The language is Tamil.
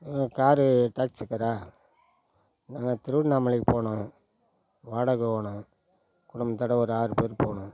காரு டேக்ஸி காராக நாங்கள் திருவண்ணாமலைக்கு போகணும் வாடகை வேணும் குடும்பத்தோட ஒரு ஆறு பேர் போகணும்